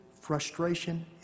frustration